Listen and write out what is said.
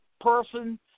person